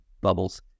bubbles